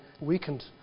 weakened